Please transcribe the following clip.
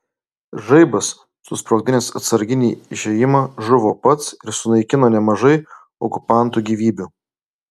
žaibas susprogdinęs atsarginį išėjimą žuvo pats ir sunaikino nemažai okupantų gyvybių